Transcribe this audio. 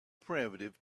primitive